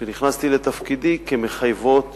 כשנכנסתי לתפקידי, כמחייבות